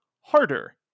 harder